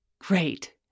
Great